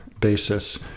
basis